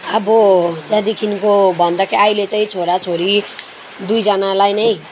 अब त्यहाँदेखिको भन्दा चाहिँ अहिले चाहिँ छोराछोरी दुईजनालाई नै